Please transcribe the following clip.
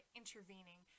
intervening